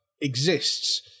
exists